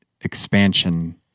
expansion